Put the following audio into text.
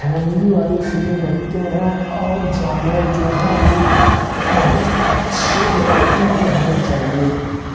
family वाली feeling रखते हैं और जानवर जो हैं वे बहुत अच्छी वैरायटी के होने चाहिए